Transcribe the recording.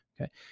Okay